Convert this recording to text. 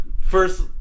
First